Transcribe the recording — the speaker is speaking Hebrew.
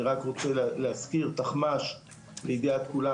אני רק רוצה להזכיר לידיעת כולם,